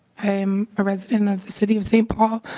a um ah resident of city of st. paul.